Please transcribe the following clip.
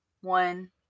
One